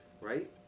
right